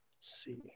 see